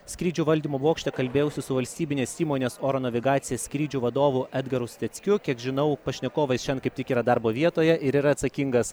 skrydžių valdymo bokšte kalbėjausi su valstybinės įmonės oro navigacija skrydžių vadovu edgaru steckiu kiek žinau pašnekovas šian kaip tik yra darbo vietoje ir yra atsakingas